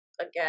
again